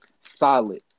Solid